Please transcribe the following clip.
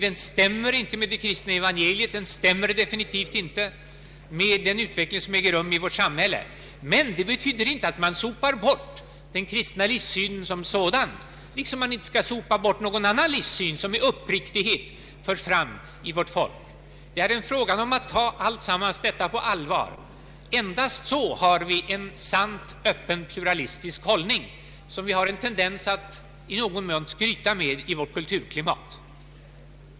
Den stämmer inte med det kristna evangeliet, den stämmer definitivt inte med den utveckling som äger rum i vårt samhälle, men det betyder inte att man sopar bort den kristna livssynen som sådan, liksom man inte skall sopa bort någon annan livssyn som med uppriktighet förs fram inom vårt folk. Det är en fråga om att ta allt detta på allvar. Endast på det sättet visar vi en sant öppen pluralistisk hållning, som vi har en tendens att i någon mån skryta med i vårt kulturklimat.